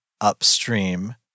upstream